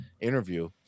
interview